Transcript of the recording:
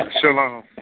Shalom